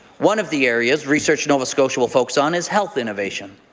one of the areas research nova scotia will focus on is health innovation.